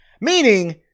Meaning